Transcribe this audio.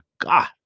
God